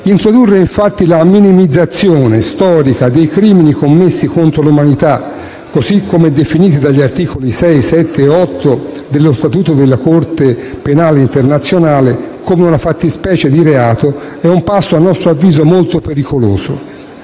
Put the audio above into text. Introdurre, infatti, la minimizzazione storica dei crimini commessi contro l'umanità, così come definiti dagli articoli 6, 7 e 8 dello statuto della Corte penale internazionale, come fattispecie di reato, è un passo, a nostro avviso, molto pericoloso